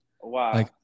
Wow